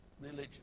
religion